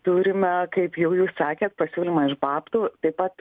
turime kaip jau jūs sakėt pasiūlymą iš babtų taip pat